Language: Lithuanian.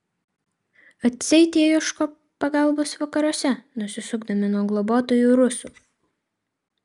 atseit jie ieško pagalbos vakaruose nusisukdami nuo globotojų rusų